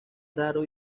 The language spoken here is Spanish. raro